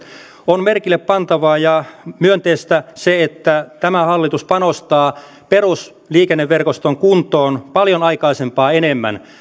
on merkille pantavaa ja myönteistä se että tämä hallitus panostaa perusliikenneverkoston kuntoon paljon aikaisempaa enemmän